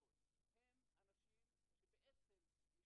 אני אומר לכם, זה לא יכול להיות.